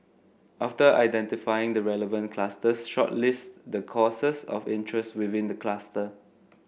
after identifying the relevant clusters shortlist the courses of interest within the cluster